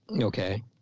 Okay